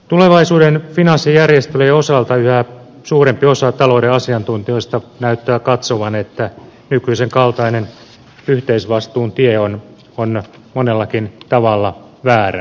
tulevaisuuden finanssijärjestelyjen osalta yhä suurempi osa talouden asiantuntijoista näyttää katsovan että nykyisen kaltainen yhteisvastuun tie on monellakin tavalla väärä